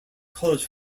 college